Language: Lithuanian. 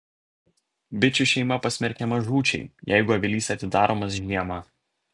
bičių šeima pasmerkiama žūčiai jeigu avilys atidaromas žiemą